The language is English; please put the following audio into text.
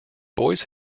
boys